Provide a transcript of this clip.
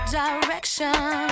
direction